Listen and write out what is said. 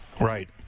Right